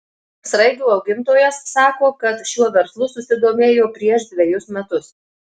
sraigių augintojas sako kad šiuo verslu susidomėjo prieš dvejus metus